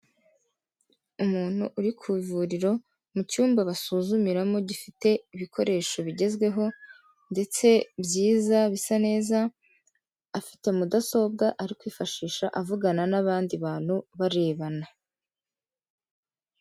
Umuntu uri ku ivuriro, mu cyumba basuzumiramo gifite ibikoresho bigezweho, ndetse byiza, bisa neza, afite mudasobwa ari kwifashisha avugana n'abandi bantu barebana.